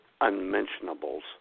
unmentionables